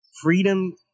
Freedom